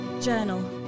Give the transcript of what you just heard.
journal